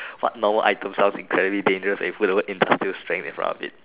what normal item sounds incredibly dangerous when you put the word industrial strength in front of it